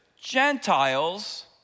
Gentiles